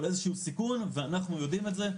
או על איזשהו סיכון ואנחנו יודעים את זה,